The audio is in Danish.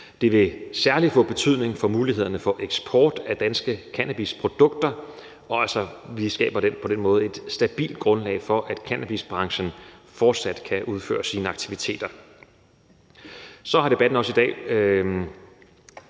Det vil særlig få betydning for mulighederne for eksport af danske cannabisprodukter, og vi skaber altså på den måde et stabilt grundlag for, at cannabisbranchen fortsat kan udføre sine aktiviteter. Så har debatten i dag